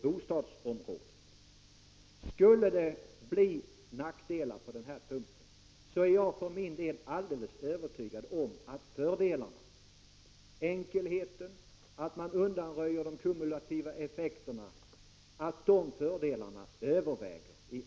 Även om det skulle bli nackdelar med förslaget, är jag för min del alldeles övertygad om att fördelarna — enkelheten och det faktum att vi undanröjer de kumulativa effekterna — kraftigt överväger.